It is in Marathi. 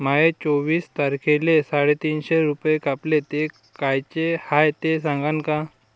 माये चोवीस तारखेले साडेतीनशे रूपे कापले, ते कायचे हाय ते सांगान का?